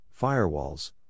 firewalls